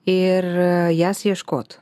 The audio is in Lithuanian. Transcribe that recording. ir jas ieškot